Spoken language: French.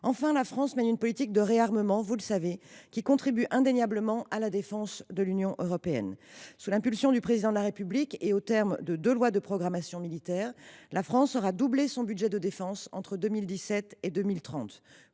Enfin, la France mène une politique de réarmement qui contribue indéniablement à la défense de l’Union européenne. Sous l’impulsion du Président de la République, au terme de deux lois de programmation militaire, la France aura doublé son budget de défense entre 2017 et 2030.